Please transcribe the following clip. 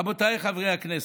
רבותיי חברי הכנסת,